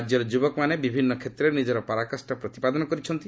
ରାଜ୍ୟର ଯୁବକମାନେ ବିଭିନ୍ନ କ୍ଷେତ୍ରରେ ନିଜର ପରାକାଷ୍ଠା ପ୍ରତିପାଦନ କରିଛନ୍ତି